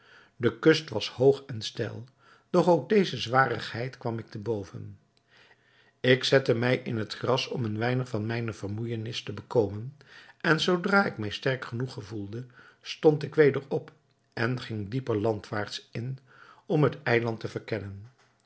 de kust was hoog en steil doch ook deze zwarigheid kwam ik te boven ik zette mij in het gras om een weinig van mijne vermoeijenis te bekomen en zoodra ik mij sterk genoeg gevoelde stond ik weder op en ging dieper landwaarts in om het eiland te verkennen